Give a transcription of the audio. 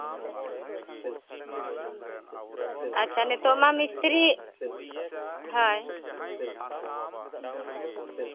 ᱟᱪᱪᱷᱟ ᱱᱤᱛᱳᱜ ᱢᱟ ᱢᱤᱥᱛᱨᱤ ᱦᱳᱭ